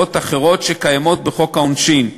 עבירות אחרות שקיימות בחוק העונשין,